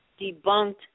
debunked